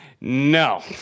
no